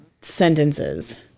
sentences